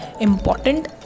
important